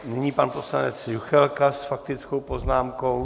Nyní pan poslanec Juchelka s faktickou poznámkou.